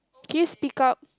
can you speak up